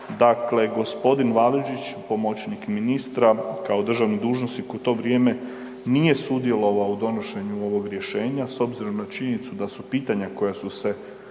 dakle gospodin Validžić, pomoćnik ministra kao državni dužnosnik u to vrijeme nije sudjelovao u donošenju ovog rješenja s obzirom na činjenicu da su pitanja koja su se